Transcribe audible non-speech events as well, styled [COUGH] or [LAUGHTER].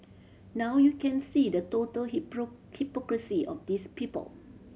now you can see the total [UNINTELLIGIBLE] hypocrisy of these people